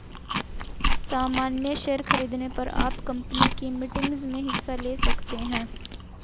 सामन्य शेयर खरीदने पर आप कम्पनी की मीटिंग्स में हिस्सा ले सकते हैं